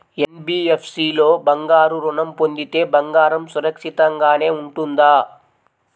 NBFC లో బంగారు ఋణం పొందితే బంగారం సురక్షితంగానే ఉంటుందా?